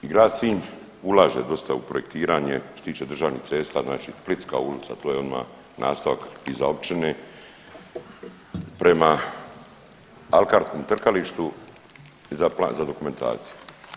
I grad Sinj ulaže dosta u projektiranje što se tiče državnih cesta, znači Splitska ulica to je odmah nastavak iza općine prema alkarskom trkalištu za dokumentaciju.